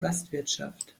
gastwirtschaft